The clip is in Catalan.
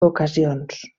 ocasions